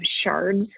shards